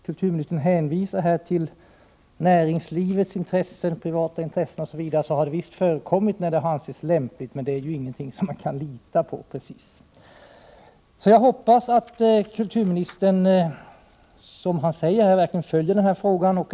Kulturministern hänvisar i svaret till näringslivets och privata företags intressen m.m. Visst har det förekommit att man från det hållet ingripit i bevarandefrågor när det har ansetts lämpligt, men det är ingenting att lita på. Jag hoppas att kulturministern, som han säger, verkligen följer denna fråga.